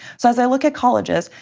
so as i look at colleges,